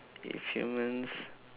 if humans